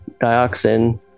dioxin